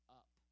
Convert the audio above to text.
up